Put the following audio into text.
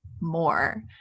more